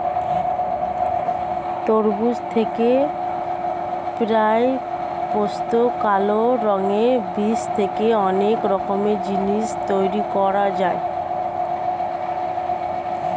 তরমুজ থেকে প্রাপ্ত কালো রঙের বীজ দিয়ে অনেক রকমের জিনিস তৈরি করা যায়